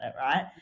right